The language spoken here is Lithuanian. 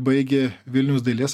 baigė vilniaus dailės